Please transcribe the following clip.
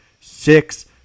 six